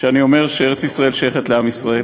כשאני אומר שארץ-ישראל שייכת לעם ישראל?